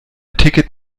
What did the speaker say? ticket